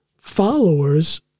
followers